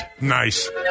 Nice